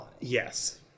Yes